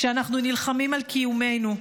כשאנחנו נלחמים על קיומנו,